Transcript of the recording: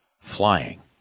flying